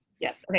yes? ok,